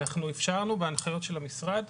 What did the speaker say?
ואנחנו אפשרנו בהנחיות של המשרד,